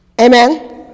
Amen